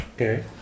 okay